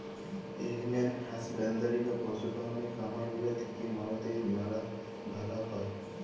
animal husbandry বা পশু পাললের খামার গুলা থিক্যা মরদের ম্যালা ভালা হ্যয়